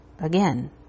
again